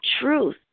truth